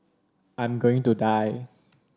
I'm going to die